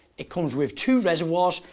it comes with two reservoirs,